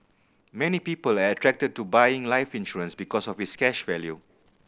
many people are attracted to buying life insurance because of its cash value